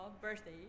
birthday